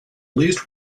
least